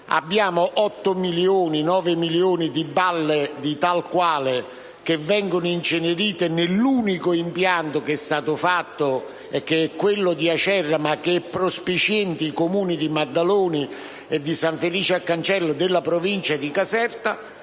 Abbiamo 8-9 milioni di balle di tal quale che vengono incenerite nell'unico impianto che è stato costruito, ossia quello di Acerra, prospiciente ai Comuni di Maddaloni e di San Felice a Cancello (provincia di Caserta),